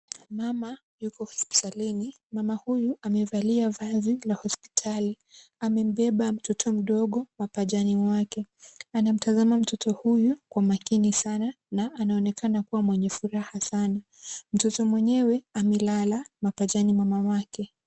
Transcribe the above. Mama yuko hospitalini. Mama huyu amivalia vazi la hospitali amembeba mtoto mdogo mapajani mwake. Ana mtazama mtuto huyu kwa makini sana na anaoneka na kuwa mwenye furaha sana. Mtoto mwenyewe amelala mapajani mwa mamake.